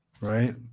right